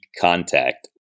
contact